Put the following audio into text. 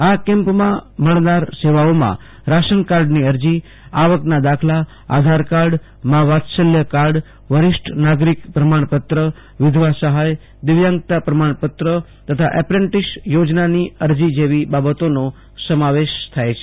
આ કેમ્પમાં મળનાર સેવાઓમાં રાશનકાર્ડની અરાજી આવકના દાખલા આધારકાર્ડ મા વાત્સલ્ય કાર્ડ વરિષ્ઠ નાગરિક પ્રમાણપત્ર વિધવા સહાયદિવ્યાંગતા પ્રમાણપત્ર તથા એપ્રેન્ટિસ યોજનાની અરજી જેવી બાબતોનો સમાવેશ થાય છે